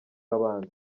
abanza